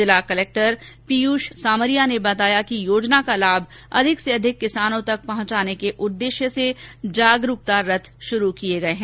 जिला कलेक्टर पीयूष सामरिया ने बताया कि योजना का लाभ अधिक से अधिक किसानों तक पहुंचाने के उद्देश्य से जागरुकता रथ शुरू किये गये हैं